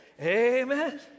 amen